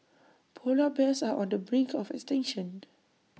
Polar Bears are on the brink of extinction